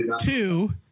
Two